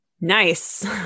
nice